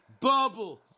Bubbles